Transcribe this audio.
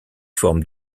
forme